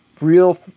real